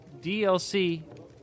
DLC